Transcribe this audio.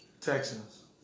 Texans